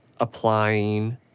applying